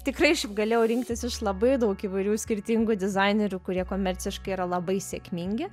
tikrai šiaip galėjau rinktis iš labai daug įvairių skirtingų dizainerių kurie komerciškai yra labai sėkmingi